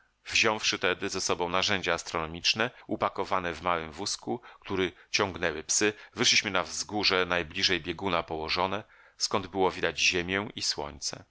sposobności wziąwszy tedy ze sobą narzędzia astronomiczne upakowane w małym wózku który ciągnęły psy wyszliśmy na wzgórze najbliżej bieguna położone skąd było widać ziemię i słońce